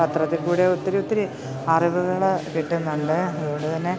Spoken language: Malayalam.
പത്രത്തില് കൂടെ ഒത്തിരി ഒത്തിരി അറിവുകള് കിട്ടുന്നുണ്ട് അതുകൊണ്ടുതന്നെ